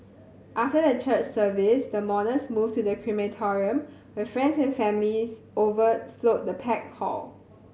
after the church service the mourners moved to the crematorium where friends and families overflowed the packed hall